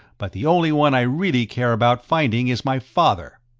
but the only one i really care about finding is my father.